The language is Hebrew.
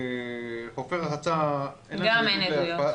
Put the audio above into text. חופי רחצה אין עדויות.